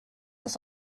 das